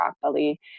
properly